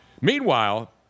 Meanwhile